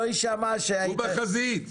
הוא בחזית.